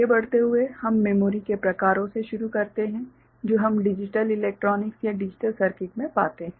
आगे बढ़ते हुए हम मेमोरी के प्रकारों से शुरू करते हैं जो हम डिजिटल इलेक्ट्रॉनिक्स या डिजिटल सर्किट में पाते हैं